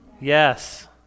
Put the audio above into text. Yes